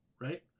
right